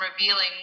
revealing